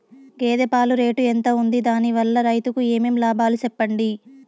గేదె పాలు రేటు ఎంత వుంది? దాని వల్ల రైతుకు ఏమేం లాభాలు సెప్పండి?